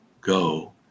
go